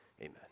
amen